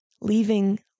leaving